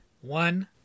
One